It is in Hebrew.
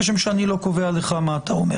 כשם שאני לא קובע לך מה אתה אומר.